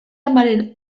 amaren